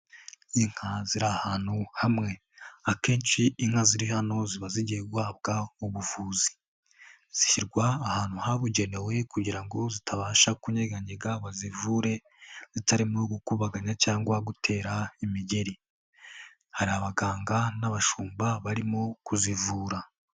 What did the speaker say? Inka ziri ahantu hamwe. Akenshi inka ziri hano ziba zigiye guhabwa ubuvuzi. Zishyirwa ahantu habugenewe kugira ngo zitabasha kunyeganyega bazivure, zitarimo gukubaganya cyangwa gutera imigeri. Hari abaganga n'abashumba barimo kuzivura.